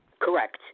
Correct